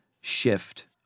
shift